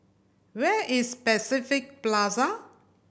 where is Pacific Plaza